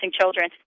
children